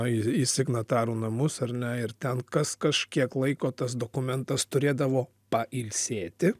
į signatarų namus ar ne ir ten kas kažkiek laiko tas dokumentas turėdavo pailsėti